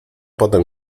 potem